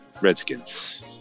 Redskins